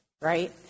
Right